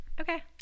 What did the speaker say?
okay